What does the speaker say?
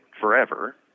forever